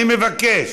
אני מבקש.